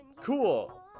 cool